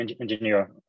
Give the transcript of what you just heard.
engineer